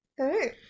Okay